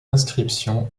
inscription